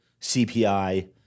CPI